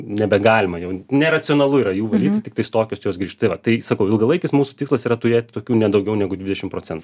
nebegalima jau neracionalu yra jų valyti tiktais tokios jos grįžta tai va tai sakau ilgalaikis mūsų tikslas yra turėt tokių ne daugiau negu dvidešim procentų